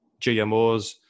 GMOs